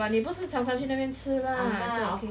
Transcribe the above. but 你不是常常去那边吃 lah 就 okay